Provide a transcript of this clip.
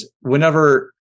whenever